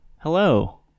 Hello